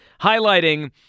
highlighting